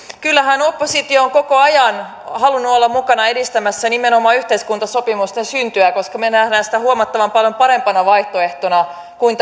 kyllähän oppositio on koko ajan halunnut olla mukana edistämässä nimenomaan yhteiskuntasopimuksen syntyä koska me näemme sen huomattavan paljon parempana vaihtoehtona kuin